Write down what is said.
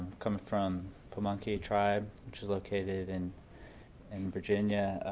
come from pamunkey tribe which is located in and virginia.